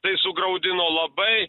tai sugraudino labai